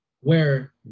Where-